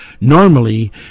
normally